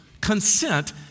consent